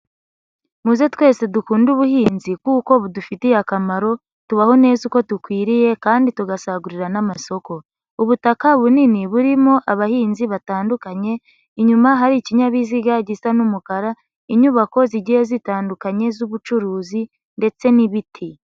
Muze twese dukunde ubuhinzi kuko budufitiye akamaro tubaho neza uko dukwiriye kandi tugasagurira n'amasoko. Ubutaka bunini burimo abahinzi batandukanye, inyuma hari ikinyabiziga gisa n'umukara, inyubako zigiye zitandukanye z'ubucuruzi ndetse n'ibiti.